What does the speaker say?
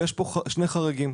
ויש פה שני חריגים.